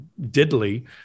diddly